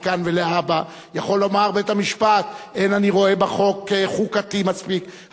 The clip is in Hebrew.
מכאן ולהבא: אין אני רואה בחוק חוקתי מספיק.